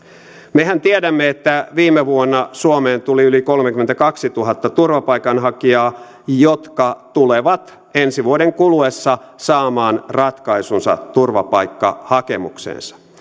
mehän tiedämme että viime vuonna suomeen tuli yli kolmekymmentäkaksituhatta turvapaikanhakijaa jotka tulevat ensi vuoden kuluessa saamaan ratkaisunsa turvapaikkahakemukseensa